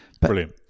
Brilliant